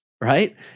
right